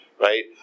right